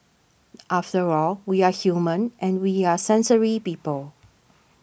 after all we are human and we are sensory people